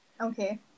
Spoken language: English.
Okay